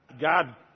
God